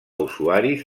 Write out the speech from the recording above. usuaris